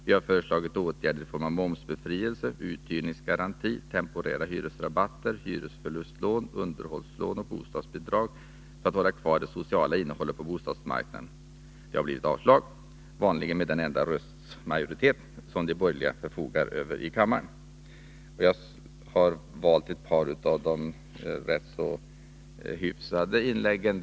Vi har föreslagit åtgärder i form av momsbefrielse, uthyrningsgaranti, temporära hyresrabatter, hyresförlustlån, underhållslån och bostadsbidrag för att hålla kvar det sociala innehållet på bostadsmarknaden. Det har blivit avslag — vanligen med den enda rösts majoritet som de borgerliga förfogar över i kammaren.” Jag har valt ett par av de rätt så hyfsade inläggen.